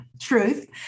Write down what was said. truth